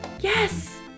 Yes